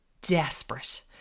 desperate